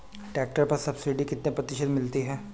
Tractor पर subsidy कितने प्रतिशत मिलती है?